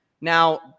Now